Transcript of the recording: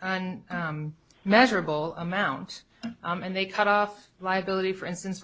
and measurable amount and they cut off liability for instance